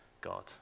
God